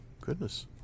goodness